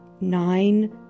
nine